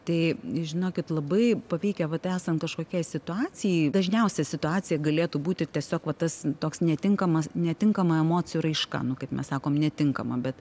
tai žinokit labai pavykę vat esant kažkokiai situacijai dažniausia situacija galėtų būti tiesiog va tas toks netinkamas netinkama emocijų raiška nu kaip mes sakom netinkama bet